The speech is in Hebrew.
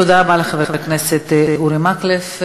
תודה רבה לחבר הכנסת אורי מקלב.